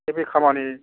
बे खामानि